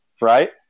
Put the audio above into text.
right